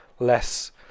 less